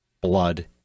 blood